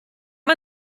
man